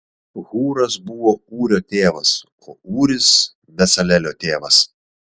hūras buvo ūrio tėvas o ūris becalelio tėvas